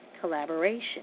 collaboration